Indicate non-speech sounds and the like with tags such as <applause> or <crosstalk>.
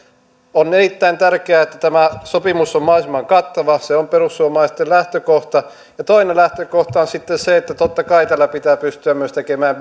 on erittäin tärkeää että tämä sopimus on mahdollisimman kattava se on perussuomalaisten lähtökohta ja toinen lähtökohta on sitten se että totta kai tällä pitää pystyä myös tekemään <unintelligible>